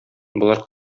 болар